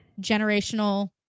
generational